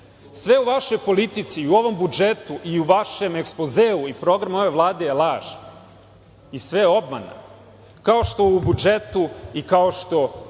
Sve u vašoj politici i u ovom budžetu i u vašem ekspozeu i programu ove Vlade je laž i sve je obmana. Kao što u budžetu i kao što